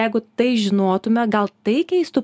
jeigu tai žinotume gal tai keistų